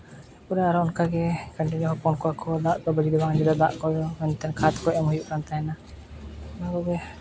ᱛᱟᱨᱯᱚᱨᱮ ᱟᱨᱚ ᱚᱱᱠᱟ ᱜᱮ ᱫᱟᱜ ᱠᱚᱫᱚ ᱫᱟᱜ ᱠᱚ ᱚᱱᱛᱮ ᱠᱷᱟᱫᱽ ᱠᱚ ᱮᱢ ᱦᱩᱭᱩᱜ ᱠᱟᱱ ᱛᱟᱦᱮᱱᱟ ᱚᱱᱟ ᱠᱚᱜᱮ